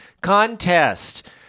contest